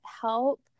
help